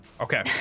Okay